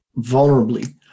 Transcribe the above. vulnerably